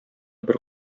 бер